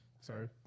Sorry